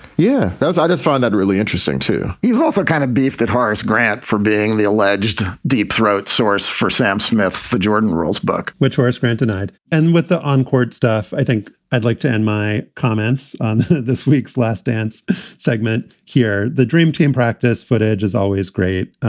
yeah, that's i just find that really interesting, too he's also kind of beef that horace grant for being the alleged deep throat source for sam smith, the jordan rose book, which was banned tonight and with the on court stuff, i think i'd like to end my comments on this week's last dance segment here. the dream team practice footage is always great.